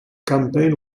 campaign